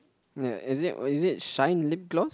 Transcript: like is it is it shine lip gloss